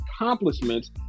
accomplishments